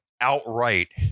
outright